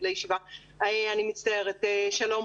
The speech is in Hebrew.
שלום.